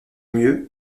mieux